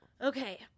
Okay